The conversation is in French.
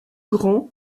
grand